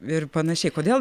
ir panašiai kodėl